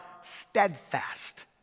steadfast